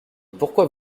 pourquoi